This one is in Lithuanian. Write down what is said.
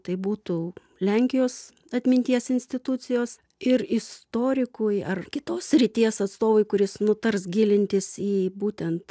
tai būtų lenkijos atminties institucijos ir istorikui ar kitos srities atstovui kuris nutars gilintis į būtent